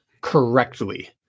correctly